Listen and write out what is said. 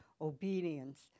Obedience